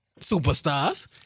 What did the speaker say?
superstars